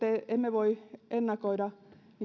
voi ennakoida